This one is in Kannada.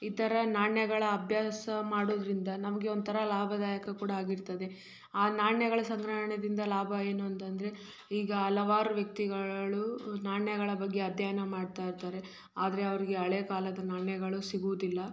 ಈ ಥರ ನಾಣ್ಯಗಳ ಅಭ್ಯಾಸ ಮಾಡೋದ್ರಿಂದ ನಮಗೆ ಒಂಥರ ಲಾಭದಾಯಕ ಕೂಡ ಆಗಿರ್ತದೆ ಆ ನಾಣ್ಯಗಳ ಸಂಗ್ರಹಣದಿಂದ ಲಾಭ ಏನು ಅಂತಂದರೆ ಈಗ ಹಲವಾರು ವ್ಯಕ್ತಿಗಳು ನಾಣ್ಯಗಳ ಬಗ್ಗೆ ಅಧ್ಯಯನ ಮಾಡ್ತಾ ಇರ್ತಾರೆ ಆದರೆ ಅವರಿಗೆ ಹಳೆ ಕಾಲದ ನಾಣ್ಯಗಳು ಸಿಗುವುದಿಲ್ಲ